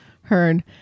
heard